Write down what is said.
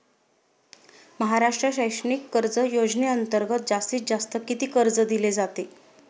महाराष्ट्र शैक्षणिक कर्ज योजनेअंतर्गत जास्तीत जास्त किती कर्ज दिले जाते?